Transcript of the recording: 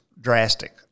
drastic